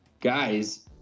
guys